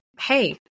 hey